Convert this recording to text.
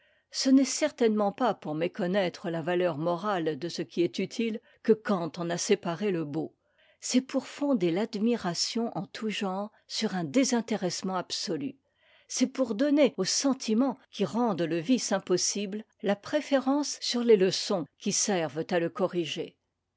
ce n'est certainement pas pour méconnaître la valeur morale de ce qui est utile que kant en a séparé le beau c'est pour fonder l'admiration en tout genre sur un désintéressement absolu c'est pour donner aux sentiments qui rendent le vice impossible la préférence sur les leçons qui servent à le corriger